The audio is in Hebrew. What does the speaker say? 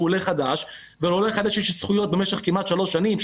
עולה חדש ולעולה חדש יש זכויות במשך כמעט שלוש שנים,